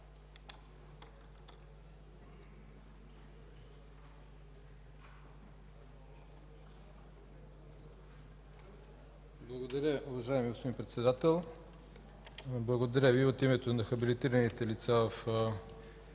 Благодаря, уважаеми господин Председател. Благодаря Ви и от името на хабилитираните лица в